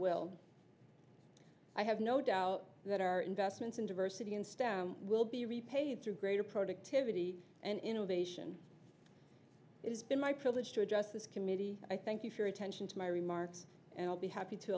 will i have no doubt that our investments in diversity in stem will be repaid through greater productivity and innovation is been my privilege to address this committee i thank you for your attention to my remarks and i'll be happy to